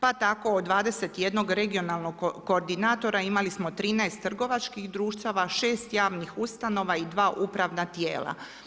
Pa tako od 21 regionalnog koordinatora, imali smo 13 trgovačkih društava, 6 javnih ustanova i 2 upravna tijela.